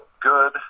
good